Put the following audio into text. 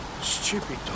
Stupid